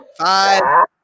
Five